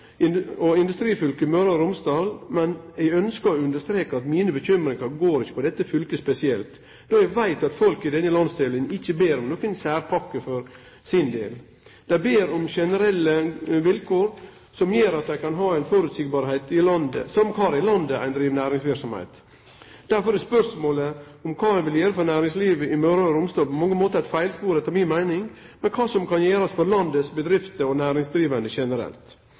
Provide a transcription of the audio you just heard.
og Romsdal, industrifylket Møre og Romsdal, men eg ønskjer å streke under at mine bekymringar ikkje går på dette fylket spesielt, då eg veit at folk i denne landsdelen ikkje ber om nokon særpakke for sin del. Dei ber om generelle vilkår som gjer det føreseieleg same kvar i landet ein driv næringsverksemd. Derfor er spørsmålet om kva ein vil gjere for næringslivet i Møre og Romsdal, på mange måtar eit feilspor etter mi meining. Det må gå på kva som kan gjerast for landets bedrifter og næringsdrivande generelt.